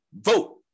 vote